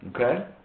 Okay